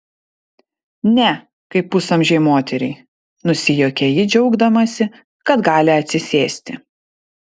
ne kaip pusamžei moteriai nusijuokia ji džiaugdamasi kad gali atsisėsti